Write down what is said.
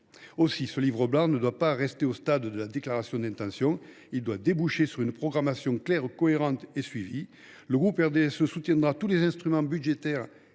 Ce livre blanc ne doit donc pas en rester au stade de la déclaration d’intention. Il doit déboucher sur une programmation claire, cohérente et suivie. Le groupe du RDSE soutiendra tous les instruments budgétaires